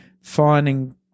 finding